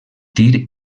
tir